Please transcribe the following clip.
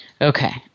Okay